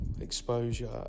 exposure